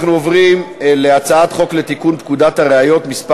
(תיקון מס'